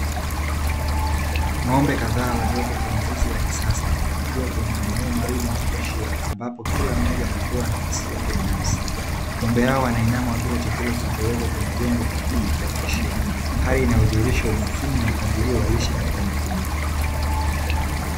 Ng'ombe kadhaa walioko kwenye zizi la kisasa, wakiwa kwenye maeneo maalumu ya kulishia ambapo kila mmoja amepewa nafasi yake binafsi. Ng'ombe wanainama wakila chakula kilichowekwa kwenye vyombo vya ki vya kulishia ,hali inayodhihirisha umakini na mpangilio wa lishe katika mifugo.